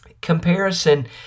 Comparison